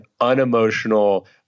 unemotional